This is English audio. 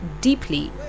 deeply